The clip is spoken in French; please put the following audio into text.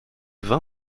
vin